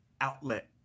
outlet